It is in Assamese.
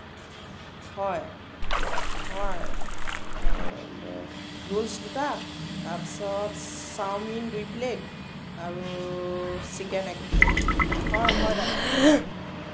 হয় হয় ৰোলচ দুটা তাৰপিছত চাওমিন দুই প্লেট আৰু চিকেন এক প্লেট হয় হয় দাদা